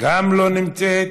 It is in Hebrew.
גם היא לא נמצאת.